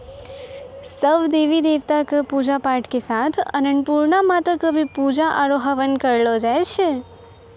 सब देवी देवता कॅ पुजा पाठ के साथे अन्नपुर्णा माता कॅ भी पुजा आरो हवन करलो जाय छै